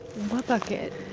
what bucket?